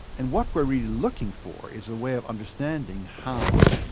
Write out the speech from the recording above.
and what we're really looking for is a way of understanding how,